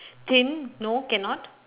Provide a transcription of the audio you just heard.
thin no cannot